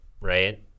right